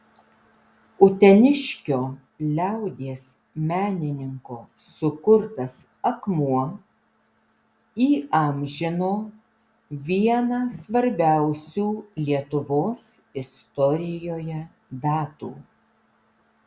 uteniškio liaudies menininko sukurtas akmuo įamžino vieną svarbiausių lietuvos istorijoje datų